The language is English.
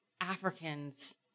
Africans